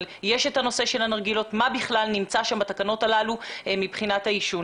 אבל יש את הנושא של הנרגילות והשאלה מה נמצא בתקנות הללו מבחינת העישון.